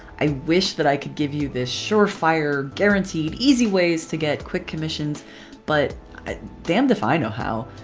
i wish that i could give you this surefire, guaranteed, easy ways to get quick commissions but i damned if i know how!